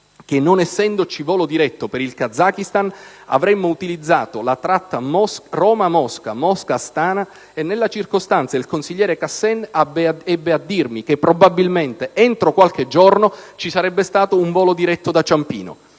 che non essendoci volo diretto per il Kazakistan, avremmo utilizzato la tratta Roma Mosca - Mosca Astana. Nella circostanza il consigliere Khassen ebbe a dirmi che probabilmente, entro qualche giorno, ci sarebbe stato un volo diretto da Ciampino.